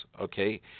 okay